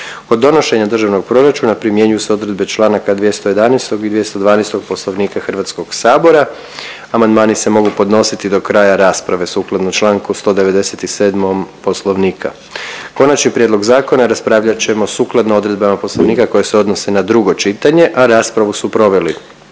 Kod donošenja državnog proračuna primjenjuju se odredbe čl. 211. i 212. Poslovnika HS-a. Amandmani se mogu podnositi do kraja rasprave sukladno čl. 197. Poslovnika. Konačni prijedlog zakona raspravljat ćemo sukladno odredbama poslovnika koje se odnose na drugo čitanje, a raspravu su proveli